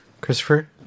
christopher